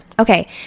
Okay